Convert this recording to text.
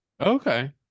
Okay